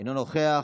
אינו נוכח.